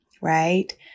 right